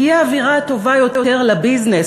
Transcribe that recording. תהיה אווירה טובה יותר לביזנס,